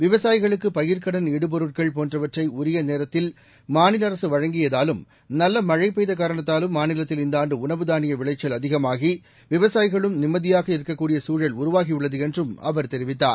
விவசாயிகளுக்கு பயிர்க்கடன் இடுபொருட்கள் போன்றவற்றை உரிய நேரத்தில் மாநில அரசு வழங்கியதாலும் நல்ல மழை பெய்த காரணத்தாலும் மாநிலத்தில் இந்த ஆண்டு உணவு தானிய விளைச்சல் அதிகமாகி விவசாயிகளும் நிம்மதியாக இருக்கக்கூடிய சூழல் உருவாகியுள்ளது என்றும் அவர் தெரிவித்தார்